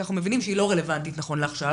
כי אנחנו מבינים שהיא לא רלוונטית נכון לעכשיו